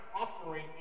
offering